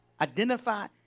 identify